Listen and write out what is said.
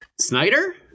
Snyder